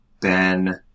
Ben